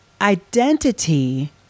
identity